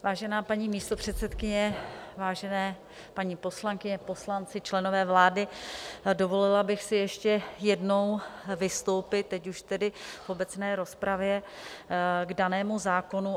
Vážená paní místopředsedkyně, vážené paní poslankyně, poslanci, členové vlády, dovolila bych si ještě jednou vystoupit, teď již tedy v obecné rozpravě, k danému zákonu.